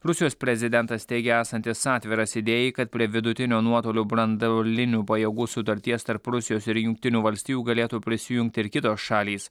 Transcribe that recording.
rusijos prezidentas teigė esantis atviras idėjai kad prie vidutinio nuotolio branduolinių pajėgų sutarties tarp rusijos ir jungtinių valstijų galėtų prisijungti ir kitos šalys